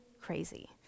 crazy